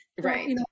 Right